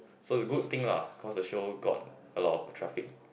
so good thing lah cause the show got a lot of traffic